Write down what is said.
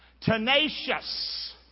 Tenacious